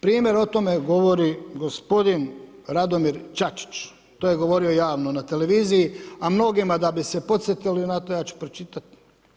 Primjer o tome govori gospodin Radimir Čačić, to je govorio javno na televiziji a mnogima da bi se podsjetili na to, ja ću pročitati.